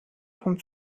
vom